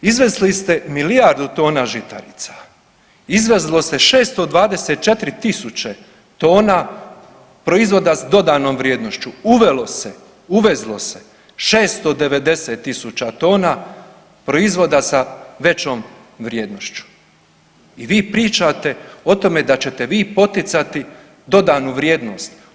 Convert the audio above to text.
Izvezli ste milijardu tona žitarica, izvozilo se 624 tisuće tona proizvoda s dodanom vrijednošću, uvelo se, uvezlo se 690 tisuća tona proizvoda sa većom vrijednošću i vi pričate o tome da ćete vi poticati dodanu vrijednost.